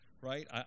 Right